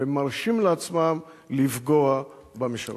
והם מרשים לעצמם לפגוע במשרתים.